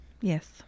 Yes